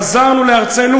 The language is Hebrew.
חזרנו לארצנו,